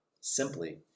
simply